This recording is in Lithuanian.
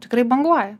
tikrai banguoja